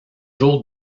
jours